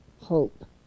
hope